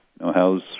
how's